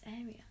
area